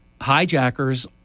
hijackers